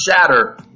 shatter